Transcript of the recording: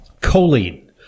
choline